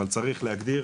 אבל צריך להגדיר